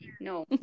no